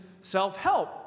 self-help